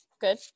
Good